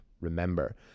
remember